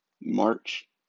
March